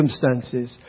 circumstances